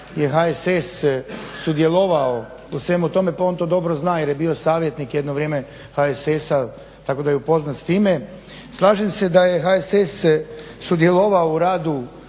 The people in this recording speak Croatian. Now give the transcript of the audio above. HSS sudjelovao u svemu tome, pa on to dobro zna jer je bio savjetnik jedno vrijeme HSS-a tako da je upoznat s time. Slažem se da je HSS sudjelovao u radu